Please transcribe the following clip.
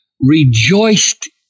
rejoiced